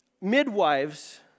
midwives